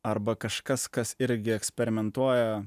arba kažkas kas irgi eksperimentuoja